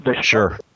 Sure